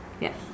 Yes